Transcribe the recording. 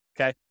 Okay